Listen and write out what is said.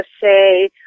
say